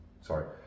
sorry